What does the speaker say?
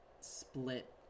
Split